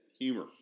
humor